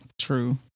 true